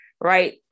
right